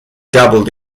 dabbled